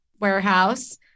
warehouse